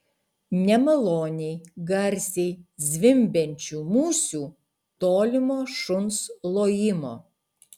nemaloniai garsiai zvimbiančių musių tolimo šuns lojimo